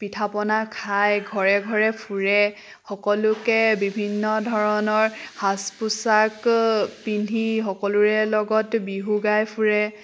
পিঠা পনা খাই ঘৰে ঘৰে ফুৰে সকলোকে বিভিন্ন ধৰণৰ সাজ পোছাক পিন্ধি সকলোৰে লগত বিহু গাই ফুৰে